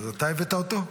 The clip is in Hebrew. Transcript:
אתה הבאת אותו?